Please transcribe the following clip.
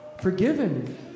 forgiven